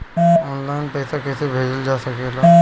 आन line पईसा कईसे भेजल जा सेकला?